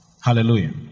Hallelujah